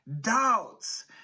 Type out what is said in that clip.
doubts